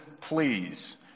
please